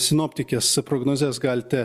sinoptikės prognozes galite